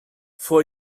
for